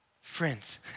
friends